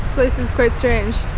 place is quite strange.